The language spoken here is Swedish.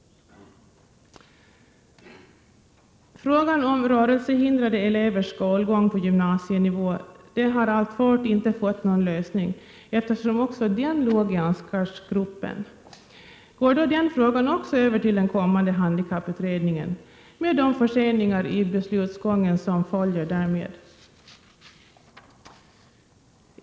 Frågan om rörelsehindrade elevers skolgång på gymnasienivå har alltfort inte fått någon lösning eftersom också den ingick i Ansgargruppens arbete. Förs även den frågan över till den kommande handikapputredningen med de förseningar i beslutsgången som därmed följer?